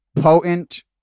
potent